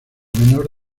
menor